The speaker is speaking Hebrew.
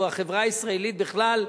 החברה הישראלית בכלל,